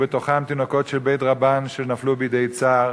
ובתוכם תינוקות של בית רבן שנפלו בידי צר.